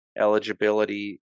eligibility